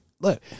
Look